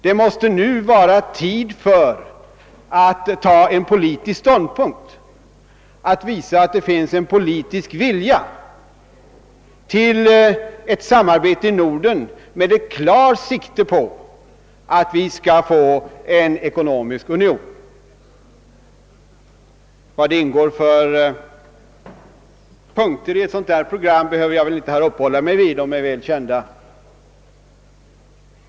Det måste nu vara tid att ta en politisk ståndpunkt och visa att det finns en politisk vilja till ett samarbete i Norden med klart sikte på att vi skall få till stånd en ekonomisk union. Vilka punkter som ingår i ett sådant program behöver jag inte här uppehålla mig vid. De är väl kända.